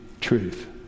truth